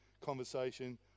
conversation